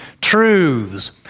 truths